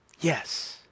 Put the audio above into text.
Yes